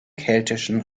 keltischen